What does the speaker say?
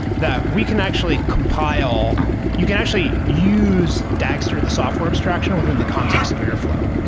that we can actually compile you can actually use dagster, the software abstraction within the context of airflow,